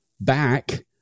back